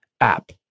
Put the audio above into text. app